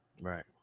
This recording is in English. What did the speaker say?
Right